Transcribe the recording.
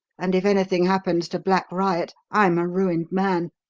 and if anything happens to black riot, i'm a ruined man.